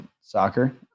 soccer